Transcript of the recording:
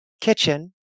kitchen